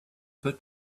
put